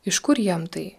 iš kur jiam tai